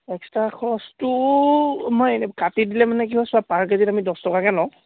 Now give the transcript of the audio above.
extra খৰচটো মই কাটি দিলে মানে কি হয় পাৰ কেজিত আমি দছ টকাকৈ লওঁ